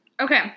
Okay